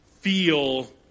feel